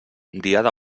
diada